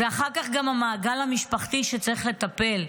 אחר כך גם במעגל המשפחתי צריך לטפל.